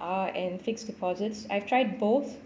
uh and fixed deposits I've tried both